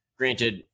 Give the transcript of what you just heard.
Granted